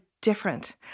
different